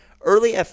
Early